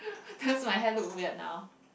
does my hair look weird now